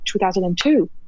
2002